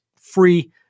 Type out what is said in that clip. free